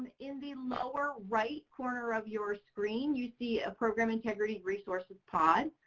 in the lower right corner of your screen, you see a program integrity resources pod.